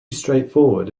straightforward